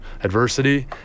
adversity